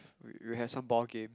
we we will have some ball games